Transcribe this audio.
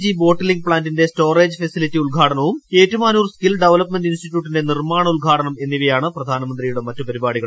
G bottling പ്ലാന്റിന്റെ storage facility ഉദ്ഘാടനവും Ettumanoor skill development ഇൻസ്റ്റിറ്റ്യൂട്ടിന്റെ നിർമ്മാണ ഉദ്ഘാടനം എന്നിവയാണ് പ്രധാനമന്ത്രിയുടെ മറ്റ് പരിപാടികൾ